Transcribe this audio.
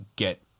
get